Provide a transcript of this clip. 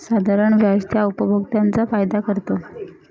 साधारण व्याज त्या उपभोक्त्यांचा फायदा करतो